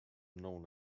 known